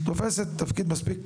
את תוספת תפקיד מספיק